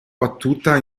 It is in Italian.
battuta